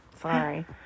Sorry